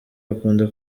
bakunda